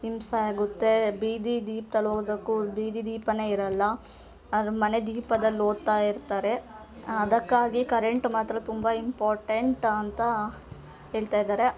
ಹಿಂಸೆ ಆಗುತ್ತೆ ಬೀದಿ ದೀಪ್ದಲ್ಲಿ ಓದೋಕ್ಕೂ ಬೀದಿ ದೀಪವೇ ಇರೋಲ್ಲ ಅರಮನೆ ದೀಪದಲ್ಲಿ ಓದ್ತಾಯಿರ್ತಾರೆ ಅದಕ್ಕಾಗಿ ಕರೆಂಟ್ ಮಾತ್ರ ತುಂಬ ಇಂಪಾರ್ಟೆಂಟ್ ಅಂತ ಹೇಳ್ತಾಯಿದ್ದಾರೆ